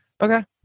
Okay